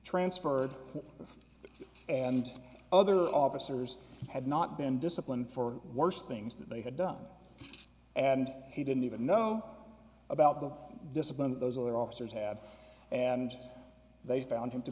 transferred and other officers had not been disciplined for worse things that they had done and he didn't even know about the discipline those other officers had and they found him to